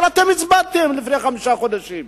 אבל אתם הצבעתם לפני חמישה חודשים,